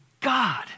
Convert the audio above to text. God